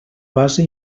base